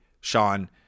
Sean